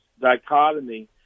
dichotomy